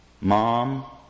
mom